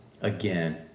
again